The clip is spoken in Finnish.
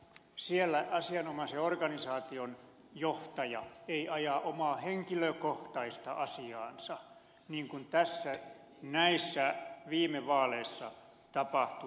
siellä asianomaisen organisaation johtaja ei aja omaa henkilökohtaista asiaansa niin kuin näissä viime vaaleissa tapahtui